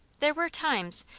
there were times,